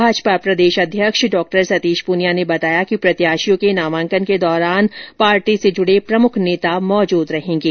भाजपा प्रदेश अध्यक्ष डॉ सतीश प्रनिया ने बताया कि प्रत्याशियों के नामांकन के दौरान पार्टी से जुड़े प्रमुख नेता मौजूद रहेंगे